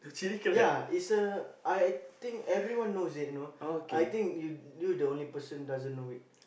ya is a I think everyone knows it know I think you the only person that doesn't know it